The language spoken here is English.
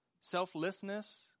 selflessness